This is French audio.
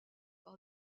par